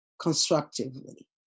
constructively